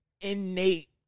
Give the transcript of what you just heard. innate